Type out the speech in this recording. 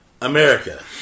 America